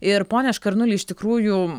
ir pone škarnuli iš tikrųjų